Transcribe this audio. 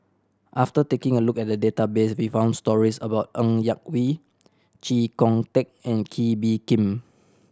after taking a look at the database we found stories about Ng Yak Whee Chee Kong Tet and Kee Bee Khim